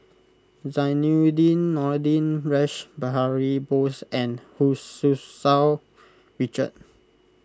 Zainudin Nordin Rash Behari Bose and Hu Tsu Tau Richard